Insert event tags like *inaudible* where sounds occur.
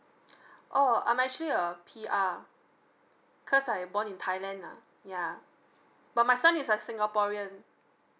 *breath* oh I'm actually a P_R cause I born in thailand ah yeah but my son is a singaporean